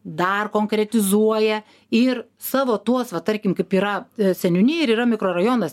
dar konkretizuoja ir savo tuos va tarkim kaip yra seniūnija ir yra mikrorajonas